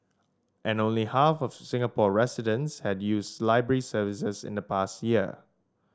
and only half of Singapore residents had used library services in the past year